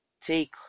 take